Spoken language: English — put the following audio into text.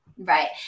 Right